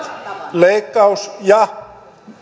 leikkaus ja